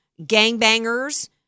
gangbangers